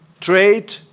Trade